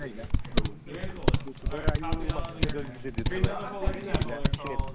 सिनायोना औ इउथुबारआ आयौ माथो नोगोद गिदिर देरथारबाय बिनि चेनेल